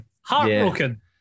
Heartbroken